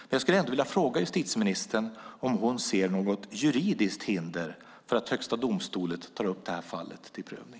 Men jag skulle ändå vilja fråga justitieministern om hon ser något juridiskt hinder för att Högsta domstolen tar upp det här fallet till prövning.